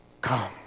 come